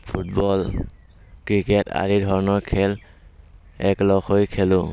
football cricket আদি ধৰণৰ খেল একলগ হৈ খেলো